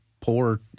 poor